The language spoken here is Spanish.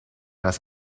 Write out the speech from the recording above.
las